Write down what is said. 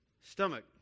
stomach